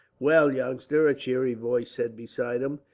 well, youngster, a cheery voice said beside him,